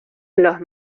los